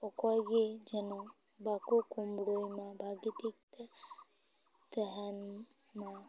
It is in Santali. ᱚᱠᱚᱭ ᱜᱮ ᱡᱮᱱᱚ ᱵᱟᱠᱚ ᱠᱩᱢᱲᱩᱭ ᱢᱟ ᱵᱟᱷᱜᱮ ᱴᱷᱤᱠ ᱛᱮ ᱛᱟᱦᱮᱱ ᱢᱟ